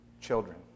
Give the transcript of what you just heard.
Children